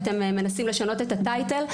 אתם מנסים לשנות את הטייטל,